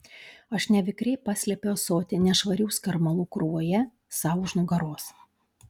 aš nevikriai paslepiu ąsotį nešvarių skarmalų krūvoje sau už nugaros